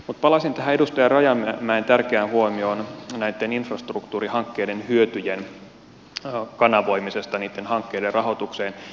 mutta palaisin tähän edustaja rajamäen tärkeään huomioon näitten infrastruktuurihankkeiden hyötyjen kanavoimisesta niitten hankkeiden rahoitukseen